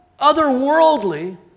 otherworldly